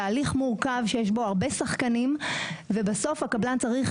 תהליך מורכב שיש בו הרבה שחקנים ובסוף הקבלן צריך